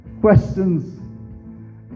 questions